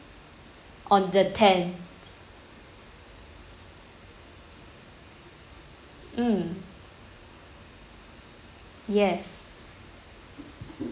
on the ten mm yes